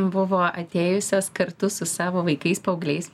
buvo atėjusios kartu su savo vaikais paaugliais